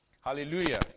Hallelujah